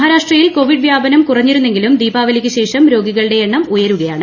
മഹാരാഷ്ട്രയിൽ കോവിഡ് വ്യാപ്പക്കും കുറഞ്ഞിരുന്നെങ്കിലും ദീപാവലിക്കു ശേഷം രോഗികളുള്ള് എണ്ണം ഉയരുകയാണ്